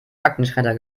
aktenschredder